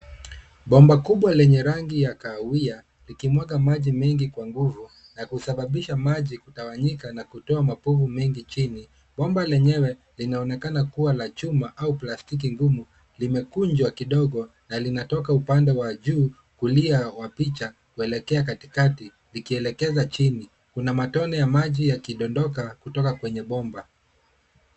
Bomba kubwa lenye rangi ya kahawia likimwaga maji mengi Kwa nguvu, na kusababisha maji kutawanyika na kutoa mapovu mengi chini. Bomba lenyewe linaonekana kuwa la chuma au plastiki ngumu limekunjwa kidogo na linatoka upande wa juu kulia wa picha kuelekea katikati likielekeza chini. Kuna matone ya maji yakidondoka kutoka kwenye bomba .